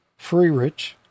Freerich